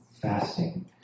fasting